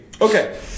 okay